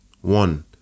one